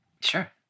Sure